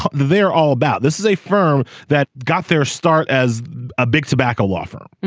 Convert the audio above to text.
they're all about. this is a firm that got their start as a big tobacco offer.